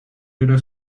era